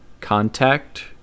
contact